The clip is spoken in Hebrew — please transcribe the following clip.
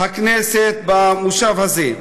הכנסת במושב הזה.